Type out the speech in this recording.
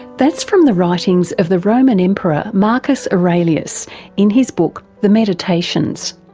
that's from the writings of the roman emperor marcus aurelius in his book the meditations.